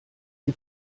die